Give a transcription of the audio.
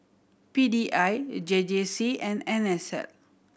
P D I J J C and N S L